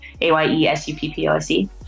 A-Y-E-S-U-P-P-O-S-E